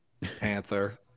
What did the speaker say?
Panther